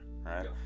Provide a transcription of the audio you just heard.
Right